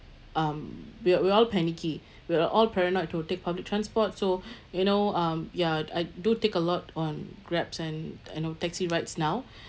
um we're we're all panicky we are all paranoid to take public transport so you know um ya I d~ I do take a lot on Grabs and you know taxi rides now